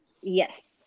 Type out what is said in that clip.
Yes